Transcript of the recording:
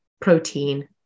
protein